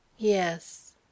Yes